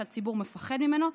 שהציבור מפחד ממנו,